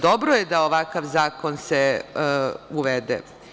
Dobro je da ovakav zakon se uvede.